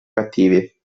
cattivi